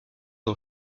aux